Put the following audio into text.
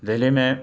دہلی میں